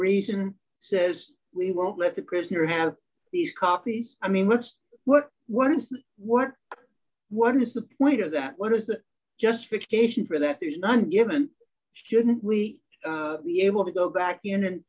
reason says we won't let the prisoner have these copies i mean that's what what is what what is the weight of that what is the justification for that is not given shouldn't we be able to go back in and